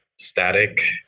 static